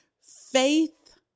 faith